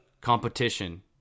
competition